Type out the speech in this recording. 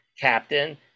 captain